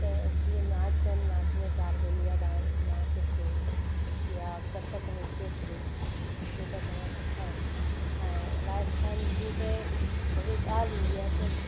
त जीअं नाच आहिनि नाच में कार्बेली जा डा नाच थियो या कथक नृत्य थियो जेका चवां सुठा आहिनि ऐं राजस्थान जी त जॾहिं ॻाल्हि ईंदी आहे त